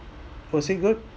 was it good